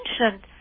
mentioned